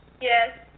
Yes